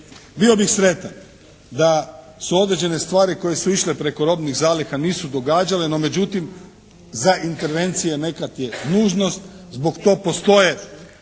Bio bih sretan da su određene stvari koje su išle preko robnih zaliha nisu događale no međutim za intervencije nekad je nužnost. Zbog tog postoje